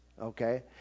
okay